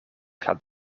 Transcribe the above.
gaat